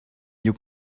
you